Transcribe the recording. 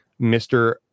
Mr